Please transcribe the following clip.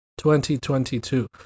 2022